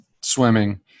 swimming